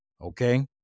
Okay